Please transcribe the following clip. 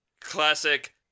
classic